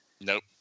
Nope